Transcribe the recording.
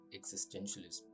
existentialism